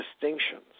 distinctions